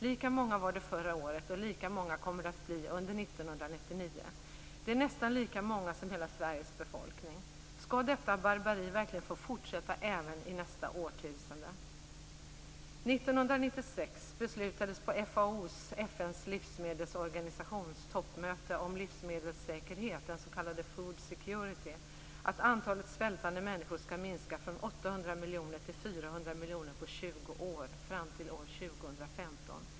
Lika många var det förra året, och lika många kommer det att bli under 1999. Det är nästan lika många som hela Sveriges befolkning. Skall detta barbari verkligen få fortsätta även i nästa årtusende? År 1996 beslutades på FAO:s - FN:s livsmedelsorganisations - toppmöte om livsmedelssäkerhet, s.k. food security, att antalet svältande människor skall minska från 800 miljoner till 400 miljoner på 20 år, fram till år 2015.